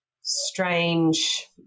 strange